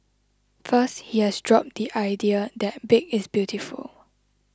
first he has dropped the idea that big is beautiful